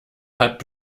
hat